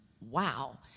Wow